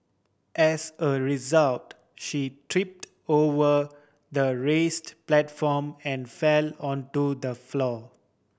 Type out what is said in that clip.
as a result she tripped over the raised platform and fell onto the floor